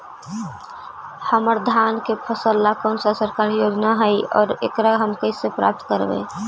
हमर धान के फ़सल ला कौन सा सरकारी योजना हई और एकरा हम कैसे प्राप्त करबई?